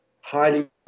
highly